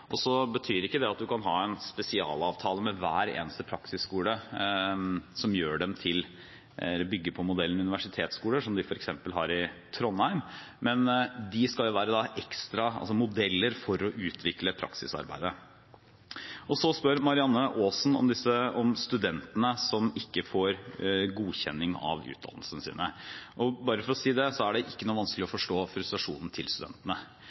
høyskoler, så vi har kalt det lærerutdanningsskoler og lærerutdanningsbarnehager. Det betyr ikke at man kan ha en spesialavtale med hver eneste praksisskole – som gjør dem til eller bygger på modellen universitetsskoler, som de f.eks. har i Trondheim – men de skal være modeller for å utvikle praksisarbeidet. Så spør Marianne Aasen om studentene som ikke får godkjenning av utdannelsen sin. Bare for å si det så er det ikke noe vanskelig å forstå frustrasjonen til studentene.